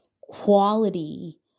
quality